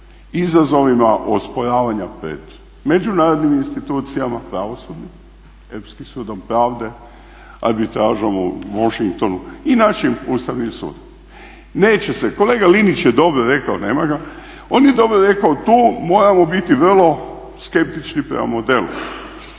izazovima osporavanja pred međunarodnim institucijama pravosudnim, Europskim sudom pravde, arbitražom u Washingtonu i našim Ustavnim sudom. Neće se, kolega Linić je dobro rekao, nema ga, on je dobro rekao tu moramo biti vrlo skeptični prema modelu.